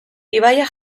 ibaia